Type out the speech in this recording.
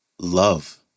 love